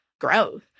growth